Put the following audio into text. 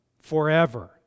forever